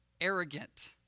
arrogant